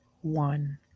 one